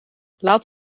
laat